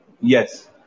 Yes